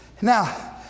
Now